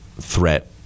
threat